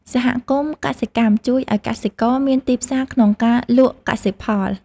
សហគមន៍កសិកម្មជួយឱ្យកសិករមានទីផ្សារក្នុងការលក់កសិផល។